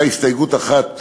הייתה הסתייגות אחת,